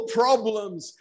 problems